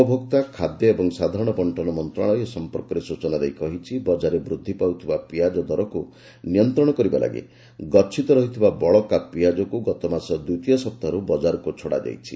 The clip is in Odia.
ଉପଭୋକ୍ତା ଖାଦ୍ୟ ଏବଂ ସାଧାରଣ ବଣ୍ଟନ ମନ୍ତ୍ରଣାଳୟ ଏ ସଂପର୍କରେ ସୂଚନା ଦେଇ କହିଛି ବଜାରରେ ବୃଦ୍ଧି ପାଉଥିବା ପିଆଜ ଦରକୁ ନିୟନ୍ତ୍ରଣ କରିବା ଲାଗି ଗଚ୍ଛିତ ରହିଥିବା ବଳକା ପିଆଜକୁ ଗତ ମାସ ଦ୍ୱିତୀୟ ସପ୍ତାହରୁ ବଜାରକୁ ଛଡ଼ାଯାଇଛି